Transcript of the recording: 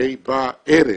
בערב,